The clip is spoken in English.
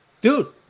Dude